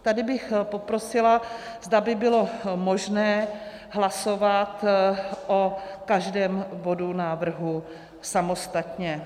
Tady bych poprosila, zda by bylo možné hlasovat o každém bodu návrhu samostatně.